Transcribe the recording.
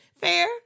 fair